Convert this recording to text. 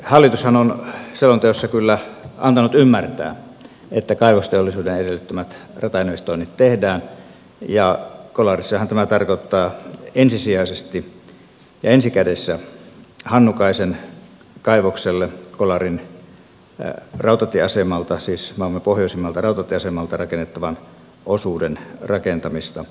hallitushan on selonteossa kyllä antanut ymmärtää että kaivosteollisuuden edellyttämät ratainvestoinnit tehdään ja kolarissahan tämä tarkoittaa ensisijaisesti ja ensi kädessä hannukaisen kaivokselle kolarin rautatieasemalta siis maamme pohjoisimmalta rautatieasemalta rakennettavan osuuden rakentamista